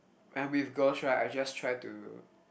I'm with girls right I just try to